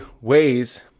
ways